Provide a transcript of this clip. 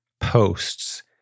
posts